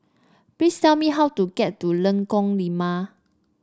please tell me how to get to Lengkok Lima